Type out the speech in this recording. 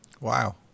wow